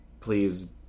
please